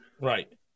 Right